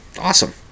Awesome